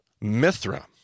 Mithra